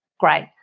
Great